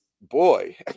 Boy